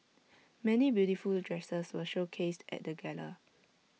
many beautiful dresses were showcased at the gala